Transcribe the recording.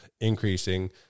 increasing